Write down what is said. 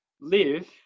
live